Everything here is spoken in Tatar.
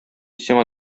сиңа